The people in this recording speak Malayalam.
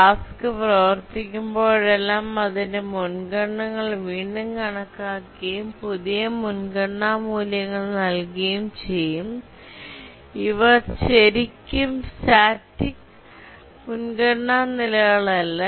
ടാസ്ക് പ്രവർത്തിക്കുമ്പോഴെല്ലാം അതിന്റെ മുൻഗണനകൾ വീണ്ടും കണക്കാക്കുകയും പുതിയ മുൻഗണനാ മൂല്യങ്ങൾ നൽകുകയും ചെയ്യുന്നു ഇവ ശരിക്കും സ്റ്റാറ്റിക് മുൻഗണന നിലകളല്ല